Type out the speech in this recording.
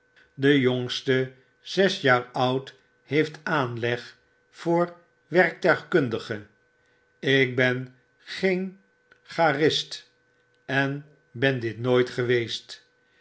in dejongste zes jaar oud heeft aanleg voor werktuigkundige ik ben geen chartist en ben dit nooit geweest